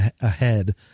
ahead